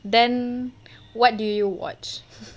then what do you watch